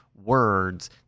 words